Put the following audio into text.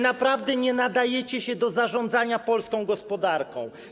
Naprawdę nie nadajecie się do zarządzania polską gospodarką.